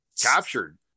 captured